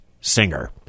singer